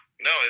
no